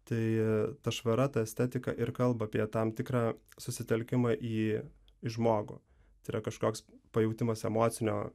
tai ta švara ta estetika ir kalba apie tam tikrą susitelkimą į į žmogų tai yra kažkoks pajautimas emocinio